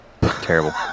Terrible